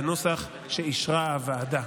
בנוסח שאישרה הוועדה.